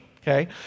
okay